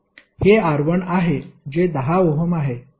हे R1 आहे जे 10 ओहम आहे